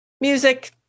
music